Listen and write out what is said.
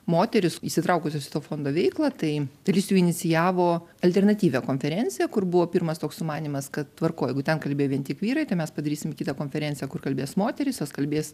moterys įsitraukusios į to fondo veiklą tai trys jų inicijavo alternatyvią konferenciją kur buvo pirmas toks sumanymas kad tvarkoj jeigu ten kalbėjo vien tik vyrai tai mes padarysim kitą konferenciją kur kalbės moterys jos kalbės